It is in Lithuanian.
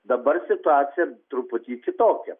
dabar situacija truputį kitokia